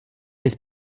his